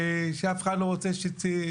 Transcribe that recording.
ואף אחד לא רוצה שאנשים,